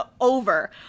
over